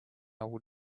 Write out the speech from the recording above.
will